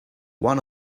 one